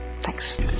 Thanks